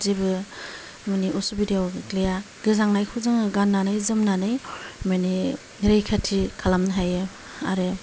जेबो माने असुबिदायाव गोग्लैया गोजांनायखौ जोङो गाननानै जोमनानै माने रैखाथि खालामनो हायो आरो